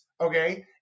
okay